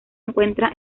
encuentra